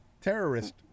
terrorist